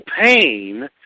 pain